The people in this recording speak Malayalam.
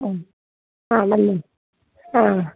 ആ ആ നല്ലത് ആ